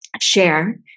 share